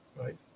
right